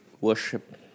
worship